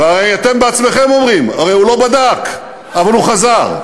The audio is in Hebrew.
ובכן, יש לכם בדיוק את אותה השיטה: